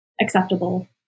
acceptable